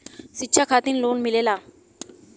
शिक्षा खातिन लोन मिलेला?